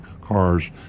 cars